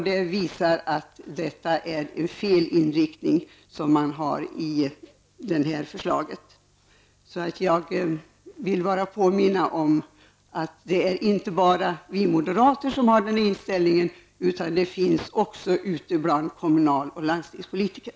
Det visar att man har fel inrikting i förslaget. Jag vill påminna om att det inte bara är vi moderater som har den inställningen. Den finns också ute bland kommunal och landstingspolitiker.